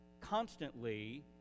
constantly